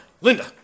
Linda